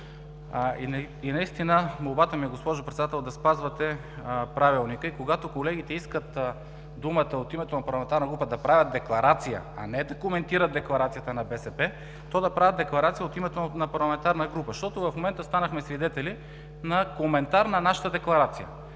Наистина, молбата ми е, госпожо Председател, да спазвате Правилника и когато колегите искат думата от името на парламента група да правят декларация, а не да коментират декларацията на БСП, то да правят декларация от името на парламентарна група. Защото в момента станахме свидетели на коментар на нашата декларация.